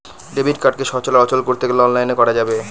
debit কার্ডকে সচল আর অচল করতে গেলে অনলাইনে করা যাবে